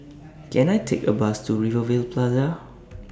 Can I Take A Bus to Rivervale Plaza